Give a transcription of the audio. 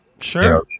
Sure